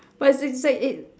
but it's it's like it's